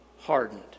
hardened